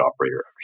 operator